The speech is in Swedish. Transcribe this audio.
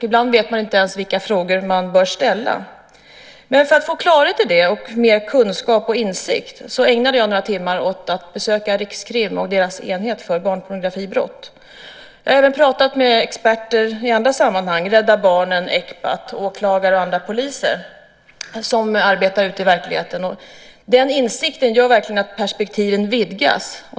Ibland vet man inte ens vilka frågor man bör ställa. För att få klarhet i det och mer kunskap och insikt ägnade jag några timmar åt att besöka Rikskrim och deras enhet för barnpornografibrott. Jag har även pratat med experter i andra sammanhang, Rädda Barnen, Ecpat, åklagare och andra poliser som arbetar ute i verkligheten. Den insikten gör verkligen att perspektiven vidgas.